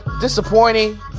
disappointing